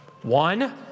One